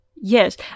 Yes